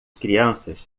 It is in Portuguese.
crianças